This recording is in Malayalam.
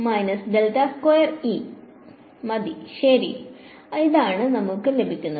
മതി ശരി അതാണ് നമുക്ക് ലഭിക്കുന്നത്